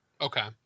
Okay